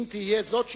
אם תהיה זאת שאיפתנו,